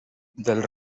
del